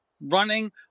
Running